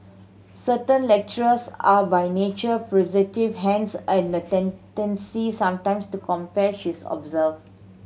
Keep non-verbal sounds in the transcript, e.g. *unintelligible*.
certain lectures are by nature *unintelligible* hence and a tendency sometimes to compare she's observed